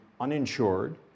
uninsured